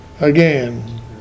again